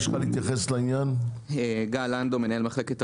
אגף החשב הכללי